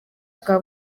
bwa